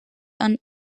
and